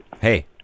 Hey